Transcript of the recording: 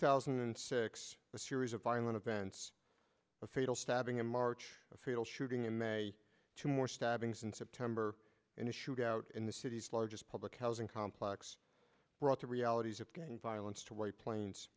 thousand and six a series of violent events a fatal stabbing in march a fatal shooting in may two more stabbings in september and a shootout in the city's largest public housing complex brought the realities of game violence to white plains